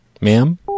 Ma'am